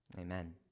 Amen